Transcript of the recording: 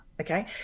Okay